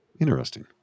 Interesting